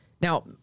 Now